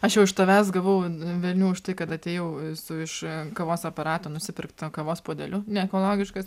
aš jau iš tavęs gavau velnių už tai kad atėjau su iš kavos aparato nusipirktu kavos puodeliu neekologiškas